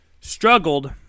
struggled